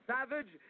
Savage